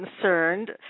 concerned